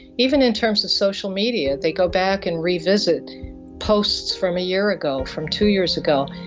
even in terms of social media, they go back and revisit posts from a year ago, from two years ago,